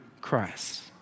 Christ